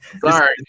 Sorry